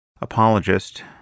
apologist